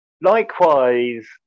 Likewise